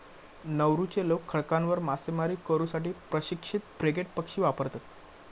नौरूचे लोक खडकांवर मासेमारी करू साठी प्रशिक्षित फ्रिगेट पक्षी वापरतत